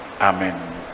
Amen